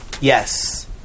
Yes